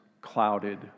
clouded